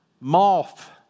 Moth